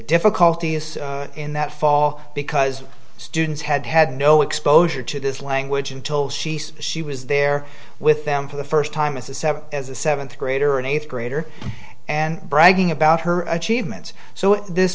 difficulties in that fall because students had had no exposure to this language until she said she was there with them for the first time as a seven as a seventh grader an eighth grader and bragging about her achievements so this